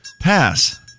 Pass